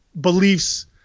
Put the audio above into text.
beliefs